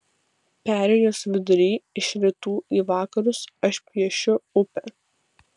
perėjos vidurį iš rytų į vakarus aš piešiu upę